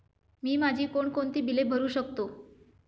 मी माझी कोणकोणती बिले भरू शकतो?